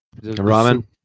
ramen